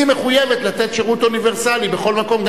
היא מחויבת לתת שירות אוניברסלי בכל מקום,